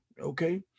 okay